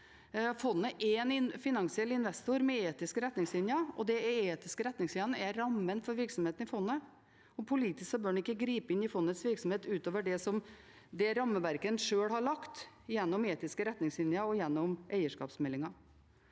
Fondet er en finansiell investor med etiske retningslinjer, og de etiske retningslinjene er rammen for virksomheten i fondet. Politisk bør en ikke gripe inn i fondets virksomhet utover det rammeverket en sjøl har lagt gjennom etiske retningslinjer og gjennom eierskapsmeldingen.